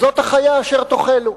"זאת החיה אשר תאכלו,